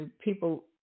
People